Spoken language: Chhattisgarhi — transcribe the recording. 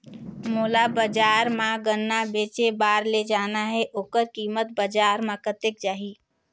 मोला बजार मां गन्ना बेचे बार ले जाना हे ओकर कीमत बजार मां कतेक जाही?